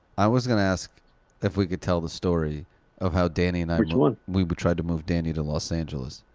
i was gonna ask if we could tell the story of how danny and i which one? we we tried to move danny to los angeles.